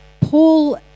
Paul